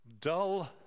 Dull